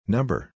Number